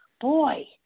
Boy